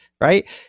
right